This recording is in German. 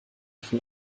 von